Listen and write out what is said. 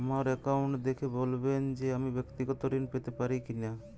আমার অ্যাকাউন্ট দেখে বলবেন যে আমি ব্যাক্তিগত ঋণ পেতে পারি কি না?